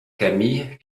camille